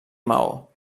maó